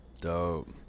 Dope